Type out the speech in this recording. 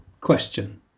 question